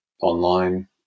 online